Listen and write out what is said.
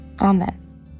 Amen